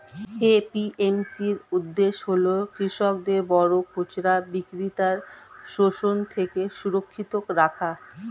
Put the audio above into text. APMC এর উদ্দেশ্য হল কৃষকদের বড় খুচরা বিক্রেতার শোষণ থেকে সুরক্ষিত রাখা